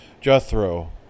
Jethro